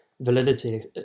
validity